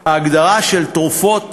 ההגדרה של תרופות